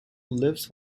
lives